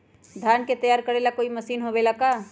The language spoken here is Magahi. धान के तैयार करेला कोई मशीन होबेला का?